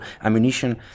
ammunition